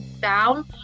down